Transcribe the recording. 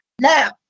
now